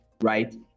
right